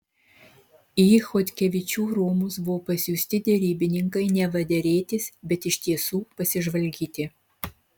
į chodkevičių rūmus buvo pasiųsti derybininkai neva derėtis bet iš tiesų pasižvalgyti